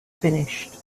finished